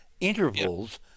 intervals